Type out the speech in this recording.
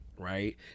Right